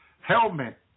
Helmet